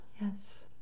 Yes